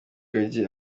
gangi